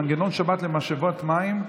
מנגנון שבת למשאבת מים),